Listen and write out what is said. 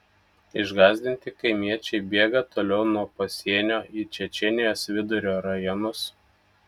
išgąsdinti kaimiečiai bėga toliau nuo pasienio į čečėnijos vidurio rajonus